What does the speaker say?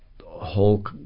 whole